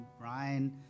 Brian